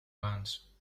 once